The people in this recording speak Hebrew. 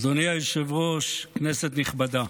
אדוני היושב-ראש, כנסת נכבדה,